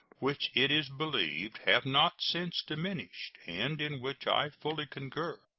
which it is believed have not since diminished, and in which i fully concur.